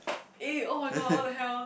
eh [oh]-my-god what the hell